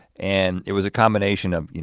and it was a combination of,